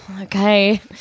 Okay